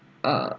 uh